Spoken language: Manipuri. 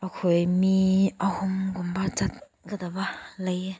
ꯑꯩꯈꯣꯏ ꯃꯤ ꯑꯍꯨꯝꯒꯨꯝꯕ ꯆꯠꯀꯗꯕ ꯂꯩꯌꯦ